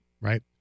right